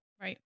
Right